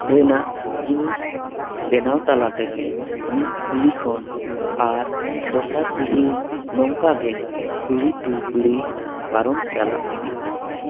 ᱨᱮᱱᱟᱜ ᱡᱤᱱᱤᱥ ᱵᱮᱱᱟᱣ ᱛᱟᱞᱟ ᱛᱮᱜᱮ ᱢᱤᱫ ᱯᱤᱲᱦᱤ ᱠᱷᱚᱱ ᱟᱨ ᱫᱤᱥᱟᱨ ᱯᱤᱲᱦᱤ ᱱᱚᱝᱠᱟ ᱜᱮ ᱯᱤᱲᱦᱤ ᱴᱩ ᱯᱤᱲᱦᱤ ᱯᱟᱨᱚᱢ ᱪᱟᱞᱟᱣ ᱤᱫᱤᱜ ᱛᱟᱠᱚᱣᱟ